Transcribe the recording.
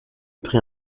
prit